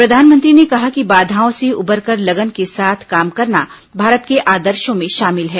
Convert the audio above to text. प्रधानमंत्री ने कहा कि बाधाओं से उबरकर लगन के साथ काम करना भारत के आदर्शो में शामिल है